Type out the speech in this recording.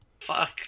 Fuck